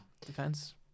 Defense